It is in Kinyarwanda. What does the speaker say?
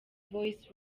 voice